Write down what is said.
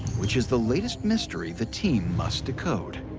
which is the latest mystery the team must decode.